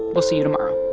we'll see you tomorrow